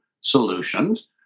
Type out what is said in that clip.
solutions